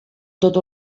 tota